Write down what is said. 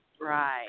Right